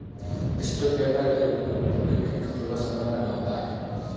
Stock व्यापरी के रूप में तुमको किन किन खतरों का सामना करना होता है?